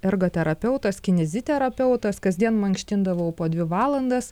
ergoterapeutas kineziterapeutas kasdien mankštindavau po dvi valandas